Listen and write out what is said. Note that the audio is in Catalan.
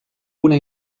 una